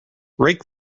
rake